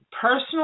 personal